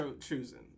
choosing